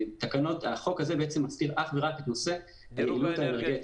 החוק הזה בעצם מסדיר את נושא היעילות האנרגטית.